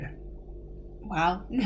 Wow